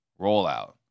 rollout